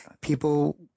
People